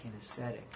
kinesthetic